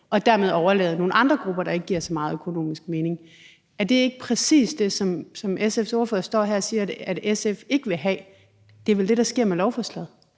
og dermed årelade nogle andre grupper, der økonomisk ikke giver så meget mening. Er det ikke præcis det, som SF's ordfører står her og siger at SF ikke vil have? Det er vel det, der sker med lovforslaget?